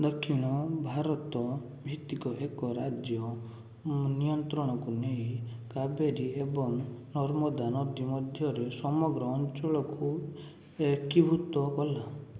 ଦକ୍ଷିଣ ଭାରତ ଭିତ୍ତିକ ଏକ ରାଜ୍ୟ ନିୟନ୍ତ୍ରଣକୁ ନେଇ କାବେରୀ ଏବଂ ନର୍ମଦା ନଦୀ ମଧ୍ୟରେ ସମଗ୍ର ଅଞ୍ଚଳକୁ ଏକୀଭୂତ କଲା